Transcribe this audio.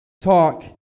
talk